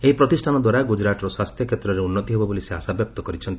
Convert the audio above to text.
ଏହି ପ୍ରତିଷ୍ଠାନ ଦ୍ୱାରା ଗୁଜରାଟର ସ୍ୱାସ୍ଥ୍ୟ କ୍ଷେତ୍ରରେ ଉନ୍ନତି ହେବ ବୋଲି ସେ ଆଶା ବ୍ୟକ୍ତ କରିଛନ୍ତି